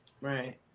right